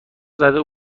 زده